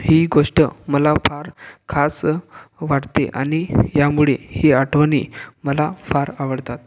ही गोष्ट मला फार खास वाटते आणि ह्यामुळे ही आठवणी मला फार आवडतात